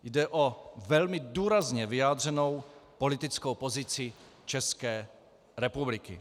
Jde o velmi důrazně vyjádřenou politickou pozici České republiky.